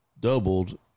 doubled